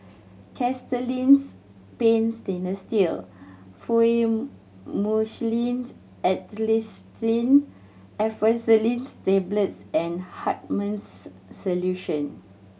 Castellani's Paint Stainless Fluimucil Acetylcysteine Effervescent Tablets and Hartman's Solution